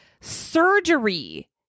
surgery